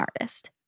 artist